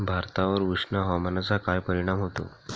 भातावर उष्ण हवामानाचा काय परिणाम होतो?